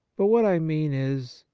but what i mean is,